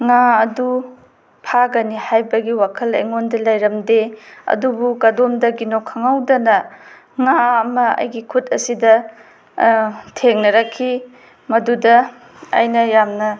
ꯉꯥ ꯑꯗꯨ ꯐꯥꯒꯅꯤ ꯍꯥꯏꯕꯒꯤ ꯋꯥꯈꯜ ꯑꯩꯉꯣꯟꯗ ꯂꯩꯔꯝꯗꯦ ꯑꯗꯨꯕꯨ ꯀꯗꯣꯝꯗꯒꯤꯅꯣ ꯈꯪꯍꯧꯗꯅ ꯉꯥ ꯑꯃ ꯑꯩꯒꯤ ꯈꯨꯠ ꯑꯁꯤꯗ ꯊꯦꯡꯅꯔꯛꯈꯤ ꯃꯗꯨꯗ ꯑꯩꯅ ꯌꯥꯝꯅ